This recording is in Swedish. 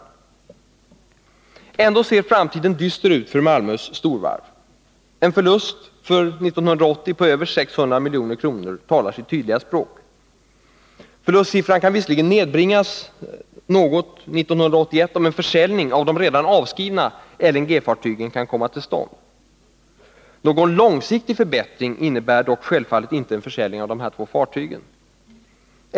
Trots allt ser framtiden dyster ut också för Malmö storvarv. En förlust för 1980 på över 600 milj.kr. talar sitt tydliga språk. Förlustsiffran kan visserligen nedbringas något 1981, om en försäljning av de redan avskrivna LNG-fartygen kan komma till stånd. Någon långsiktig förbättring innebär dock självfallet inte en försäljning av dessa två fartyg.